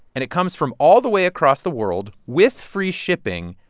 and it comes from all the way across the world with free shipping.